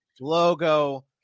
logo